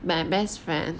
my best friend